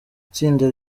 itsinda